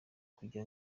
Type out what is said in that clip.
kugira